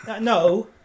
No